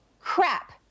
Crap